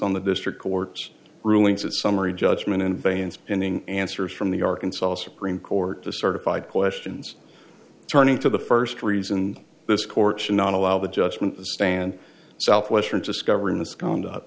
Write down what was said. on the district court's rulings that summary judgment in advance ending answers from the arkansas supreme court to certified questions turning to the first reason this court should not allow the judgment to stand southwestern discovery misconduct